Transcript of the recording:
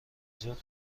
جات